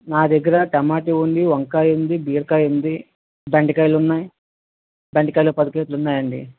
నా దగ్గర టమాటా ఉంది వంకాయ ఉంది బీరకాయ ఉంది బెండకాయలు ఉన్నాయి బెండకాయలు ఒక పది కేజీలు ఉన్నాయండి